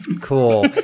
cool